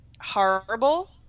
horrible